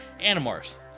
Animorphs